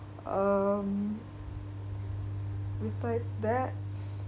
um besides that